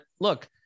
look